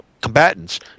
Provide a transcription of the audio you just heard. combatants